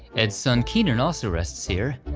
ed's son keenan also rests here,